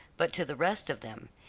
but to the rest of them.